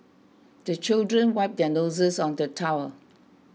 the children wipe their noses on the towel